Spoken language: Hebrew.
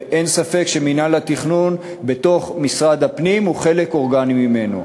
ואין ספק שמינהל התכנון בתוך משרד הפנים הוא חלק אורגני ממנו.